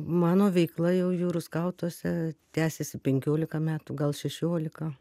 mano veikla jau jūrų skautuose tęsiasi penkiolika metų gal šešiolika